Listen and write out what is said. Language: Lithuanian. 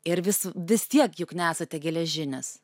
ir vis vis tiek juk nesate geležinis